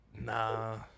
Nah